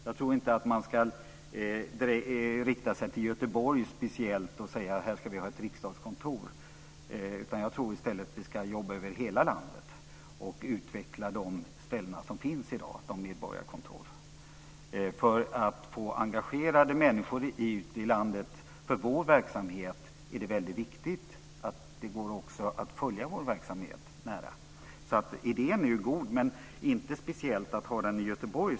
Jag tror inte att man speciellt ska rikta sig till Göteborg och säga att man ska ha ett riksdagskontor där. Jag tror i stället att vi ska jobba över hela landet och utveckla de medborgarkontor som finns i dag. För att vi ska få människor ute i landet engagerade för vår verksamhet är det väldigt viktigt att det också går att följa vår verksamhet nära. Idén är god, men det ska inte vara ett speciellt kontor i Göteborg.